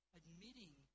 admitting